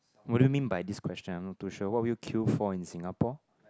what do you mean by this question I'm not too sure what would you queue for in Singapore